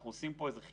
אנחנו עושים פה חיבור.